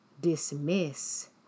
dismiss